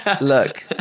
look